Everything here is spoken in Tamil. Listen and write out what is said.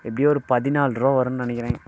எப்படியும் ஒரு பதினாலு ரூபா வரும்னு நினைக்கிறேன்